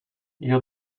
you